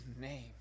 name